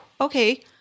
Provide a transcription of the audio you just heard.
okay